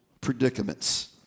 predicaments